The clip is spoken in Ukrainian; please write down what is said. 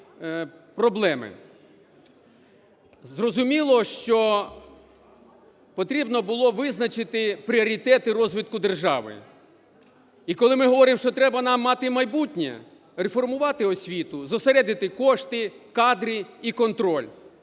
Зрозуміло, що потрібно було визначити пріоритети розвитку держави. І коли ми говоримо, що треба нам мати майбутнє, реформувати освіту, зосередити кошти, кадри і контроль.